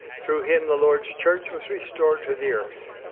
through him the lord's church was restored to the earth.